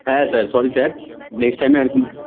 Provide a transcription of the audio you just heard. হ্যাঁ sir sorry sir next টাইমে আর কি